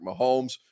Mahomes